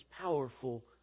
powerful